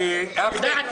הישיבה.